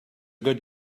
good